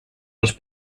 dels